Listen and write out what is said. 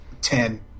Ten